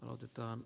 autetaan